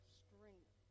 strength